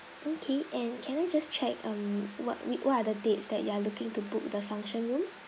okay and can I just check um what what other dates that you are looking to book the function room